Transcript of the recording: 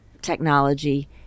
Technology